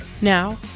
Now